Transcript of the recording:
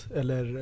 eller